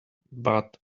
but